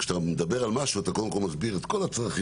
כשאתה מדבר על משהו אתה קודם כל מסביר את כל הצרכים